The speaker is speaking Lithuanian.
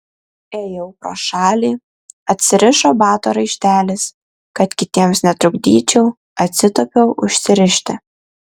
ėjau pro šalį atsirišo bato raištelis kad kitiems netrukdyčiau atsitūpiau užsirišti